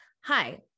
Hi